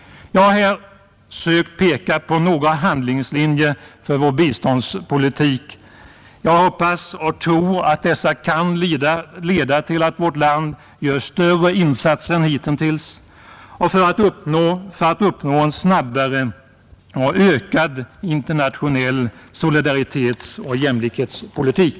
Jag har här försökt peka på några handlingslinjer för vår biståndspolitik. Jag hoppas och tror att dessa kan leda till att vårt land gör större insatser än hitintills för att uppnå en snabbare och ökad internationell solidaritetsoch jämlikhetspolitik.